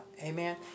Amen